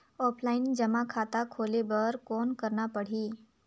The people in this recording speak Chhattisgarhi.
ऑफलाइन जमा खाता खोले बर कौन करना पड़ही?